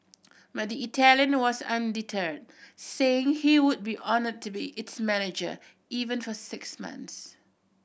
but the Italian was undeterred saying he would be honoured to be its manager even for six months